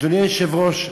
אדוני היושב-ראש,